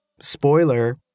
Spoiler